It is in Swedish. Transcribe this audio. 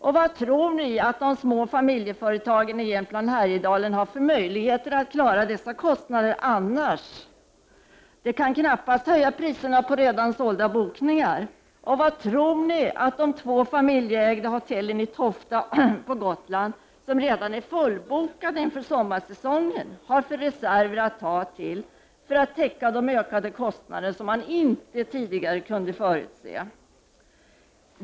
Vilka möjligheter har annars de små familjeföretagen i Jämtland-Härjedalen att klara dessa kostnadsökningar? De kan knappast höja priserna på redan sålda bokningar. Vilka reserver har de två familjeägda hotellen i Tofta på Gotland, som redan är fullbokade inför sommarsäsongen, att ta till för att täcka de ökade kostnader som man tidigare inte kunde förutse?